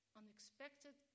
unexpected